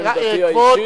רבותי חברי הכנסת,